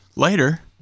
later